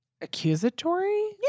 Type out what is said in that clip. accusatory